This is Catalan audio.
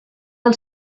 del